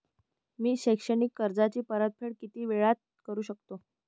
मी शैक्षणिक कर्जाची परतफेड किती वेळात करू शकतो